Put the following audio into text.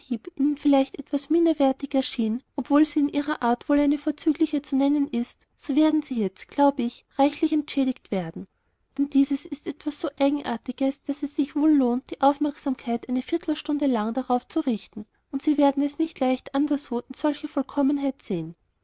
vielleicht etwas minderwertig erschien obwohl sie in ihrer art wohl eine vorzügliche zu nennen ist so werden sie jetzt glaube ich reichlich entschädigt werden denn dieses ist etwas so eigenartiges daß es sich wohl lohnt die aufmerksamkeit eine viertelstunde lang darauf zu richten und sie werden es nicht leicht anderswo in solcher vollkommenheit sehen